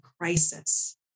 crisis